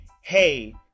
hey